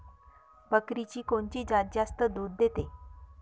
बकरीची कोनची जात जास्त दूध देते?